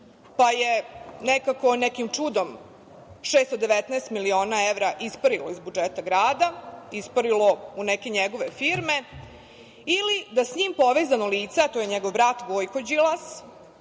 pa je nekako nekim čudom 619 miliona evra isparilo iz budžeta grada, isparalo u neke njegove firme ili da s njim povezano lice, a to je njegov brat Gojko Đilas